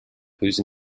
whose